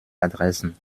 adressen